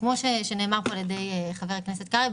כמו שנאמר פה על ידי חבר הכנסת קרעי,